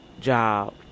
job